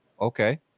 okay